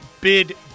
bid